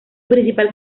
principal